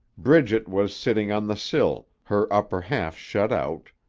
bridget was sitting on the sill, her upper half shut out,